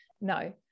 no